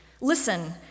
Listen